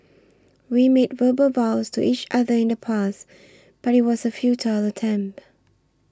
we made verbal vows to each other in the past but it was a futile attempt